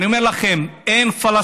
אני אומר לכם: אין פלסטיני,